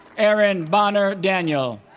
erin bonner daniell